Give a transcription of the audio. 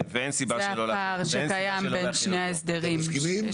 זה הפער שקיים בין שני ההסדרים.